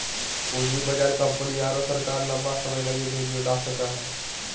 पूँजी बाजार कंपनी आरो सरकार लंबा समय लगी धन जुटा सको हइ